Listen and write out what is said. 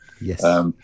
Yes